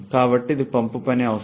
కాబట్టి ఇది పంపు పని అవసరం